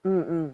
mm mm